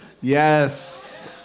Yes